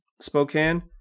Spokane